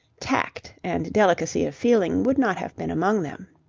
tact and delicacy of feeling would not have been among them.